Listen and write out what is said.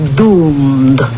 doomed